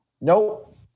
Nope